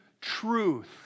truth